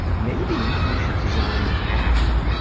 maybe you should design an app